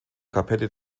kapelle